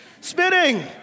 Spitting